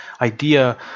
idea